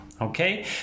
Okay